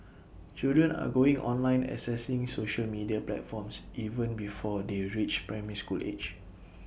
children are going online accessing social media platforms even before they reach primary school age